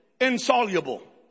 insoluble